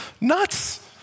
nuts